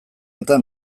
eta